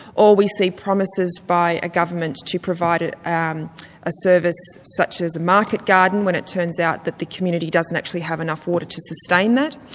or we see promises by a government to provide um a service such as a market garden, when it turns out that the community doesn't actually have enough water to sustain that.